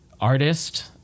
artist